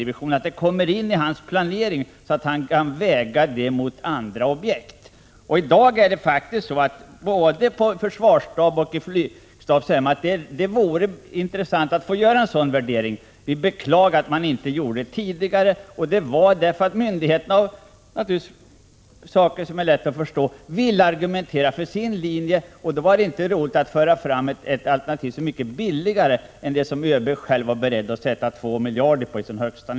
Det är viktigt att detta alternativ kommer in i hans planering, så att han kan väga det mot andra objekt. I dag är det faktiskt så att man både på försvarsstaben och på flygstaben säger att man vore intresserad av att få göra en sådan värdering. Man beklagar också att det inte gjordes tidigare. Det berodde nog på att myndigheterna — och det är kanske lätt att förstå — ville argumentera för sin linje om fler Jaktviggen och att det då inte var roligt att föra fram ett mycket billigare alternativ än det som ÖB själv var beredd att sätta 2 miljarder på.